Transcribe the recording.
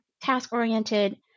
task-oriented